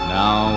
now